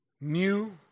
new